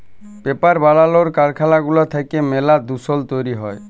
paper বালালর কারখালা গুলা থ্যাইকে ম্যালা দুষল তৈরি হ্যয়